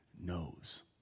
knows